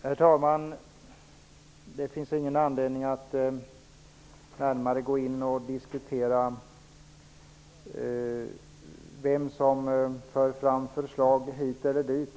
Herr talman! Det finns ingen anledning att närmare gå in och diskutera vem som för fram förslag hit eller dit.